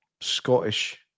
Scottish